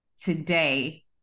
today